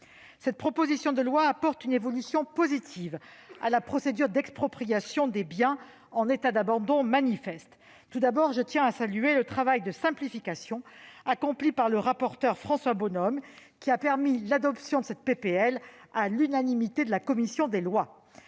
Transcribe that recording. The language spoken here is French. Cette proposition de loi apporte une évolution positive à la procédure d'expropriation des biens en état d'abandon manifeste. Tout d'abord, je tiens à saluer le travail de simplification accompli par M. le rapporteur François Bonhomme, qui a permis l'adoption de cette proposition de loi à l'unanimité de la commission des lois.